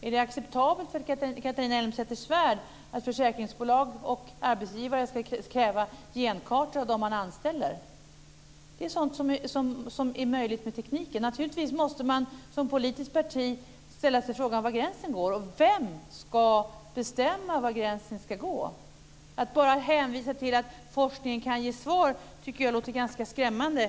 Är det acceptabelt för Catharina Elmsäter-Svärd att försäkringsbolag och arbetsgivare ska kräva genkartor av dem man anställer? Det är sådant som är möjligt med tekniken. Naturligtvis måste man som politiskt parti ställa sig frågan var gränsen går och vem som ska bestämma var gränsen ska gå. Att bara hänvisa till att forskningen kan ge svar tycker jag låter ganska skrämmande.